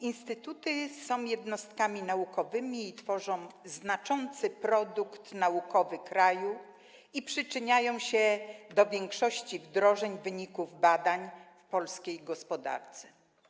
Instytuty są jednostkami naukowymi, tworzą znaczący produkt naukowy kraju i przyczyniają się do większości wdrożeń wyników badań w polskiej gospodarce.